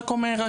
רק אומר,